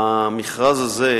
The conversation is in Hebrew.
המכרז הזה,